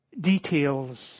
details